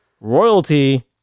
Royalty